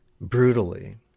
brutally